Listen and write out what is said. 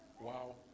Wow